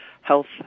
health